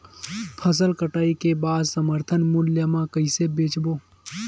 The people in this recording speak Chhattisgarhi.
फसल कटाई के बाद समर्थन मूल्य मा कइसे बेचबो?